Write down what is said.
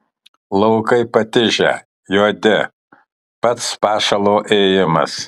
laukai patižę juodi pats pašalo ėjimas